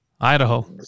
Idaho